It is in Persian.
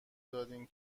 دادین